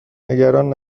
نگران